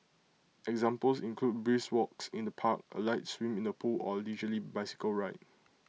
examples include brisk walks in the park A light swim in the pool or A leisurely bicycle ride